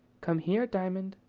come here, diamond,